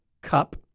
cup